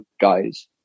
guys